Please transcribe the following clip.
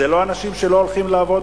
זה לא אנשים שלא הולכים לעבוד,